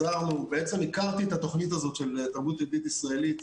בעצם הכרתי את התוכנית הזאת של תרבות יהודית-ישראלית.